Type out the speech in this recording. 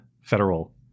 federal